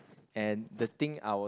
and the thing I'll